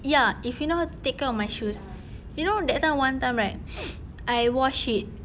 ya if you know how to take care of my shoes you know that time one time right I washed it